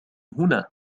هنا